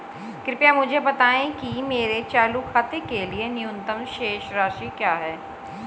कृपया मुझे बताएं कि मेरे चालू खाते के लिए न्यूनतम शेष राशि क्या है